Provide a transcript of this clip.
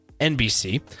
NBC